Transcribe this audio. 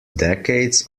decades